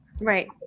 Right